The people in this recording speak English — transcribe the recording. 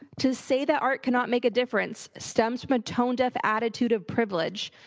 to say that art cannot make a difference stems from a tone-deaf attitude of privilege.